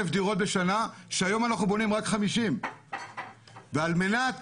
דירות בשנה כשהיום אנחנו בונים רק 50. על מנת